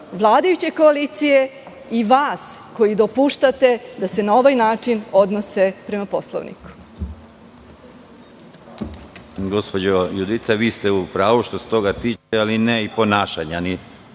vladajuće koalicije i vas koji dopuštate da se na ovaj način odnose prema Poslovniku.